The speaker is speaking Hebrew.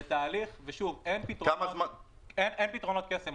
זה תהליך, אין פתרונות קסם.